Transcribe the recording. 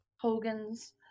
Hogan's